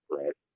right